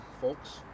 folks